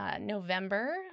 November